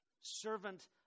Servant